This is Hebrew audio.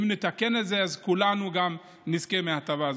אם נתקן את זה, אז כולנו נזכה להטבה הזאת.